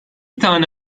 tane